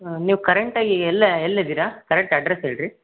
ನೀವು ಕರೆಂಟಾಗಿ ಎಲ್ ಎಲ್ಲಿದ್ದೀರ ಕರೆಂಟ್ ಅಡ್ರೆಸ್ ಹೇಳಿರಿ